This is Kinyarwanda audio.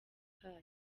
hall